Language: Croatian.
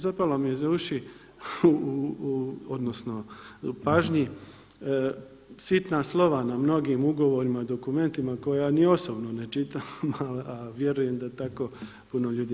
Zapalo mi je za uši, odnosno pažnji sitna slova na mnogim ugovorima, dokumentima koja ni osobno ne čitam, a vjerujem da tako puno ljudi.